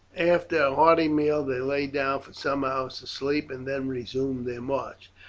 after a hearty meal they lay down for some hours to sleep, and then resumed their march.